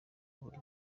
buri